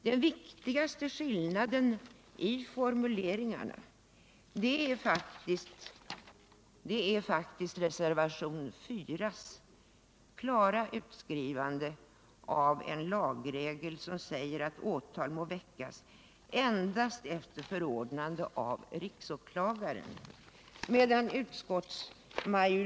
Den viktigaste skillnaden i fråga om formuleringarna är faktiskt det klara förslaget till lagregel som återfinns i reservationen 4. Där står bl.a. att åtal ”må väckas endast efter förordnande av riksåklagaren”.